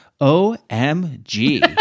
O-M-G